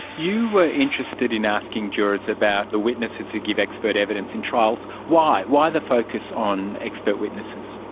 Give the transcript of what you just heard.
you were interested in asking jurors about the witnesses who give expert evidence in trials. why why the focus on expert witnesses?